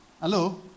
Hello